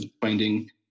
finding